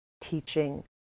teaching